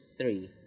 three